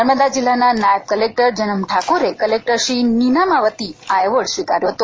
નર્મદા જિલ્લાના નાયબ કલેક્ટર જનમ ઠાકોરે કલેક્ટર શ્રી નિનાનાવતી એવોર્ડ સ્વીકારયો હતો